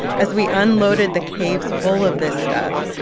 as we unloaded the caves full of this stuff,